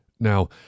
Now